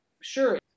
sure